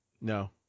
No